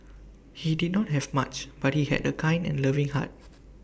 he did not have much but he had A kind and loving heart